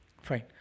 fine